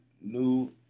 New